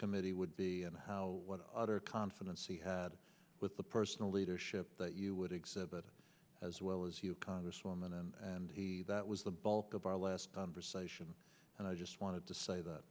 committee would be and how what other confidence he had with the personal leadership that you would exhibit as well as you congresswoman and he was the bulk of our last conversation and i just wanted to say that